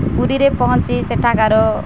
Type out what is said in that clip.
ପୁରୀରେ ପହଞ୍ଚି ସେଠାକାର